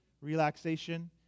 relaxation